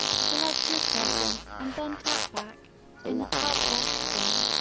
select your preference and then tap back in the top left corner.